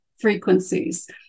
frequencies